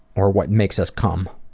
or what makes us come,